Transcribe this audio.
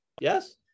Yes